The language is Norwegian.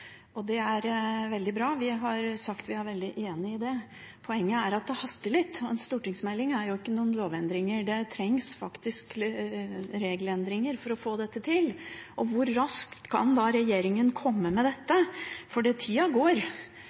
vi har sagt at vi er veldig enig i det. Poenget er at det haster litt, og en stortingsmelding er ikke noen lovendring. Det trengs faktisk regelendringer for å få dette til. Hvor raskt kan regjeringen komme med dette? Tida går,